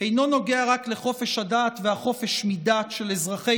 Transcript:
אינו נוגע רק לחופש הדת והחופש מדת של אזרחי